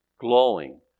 glowing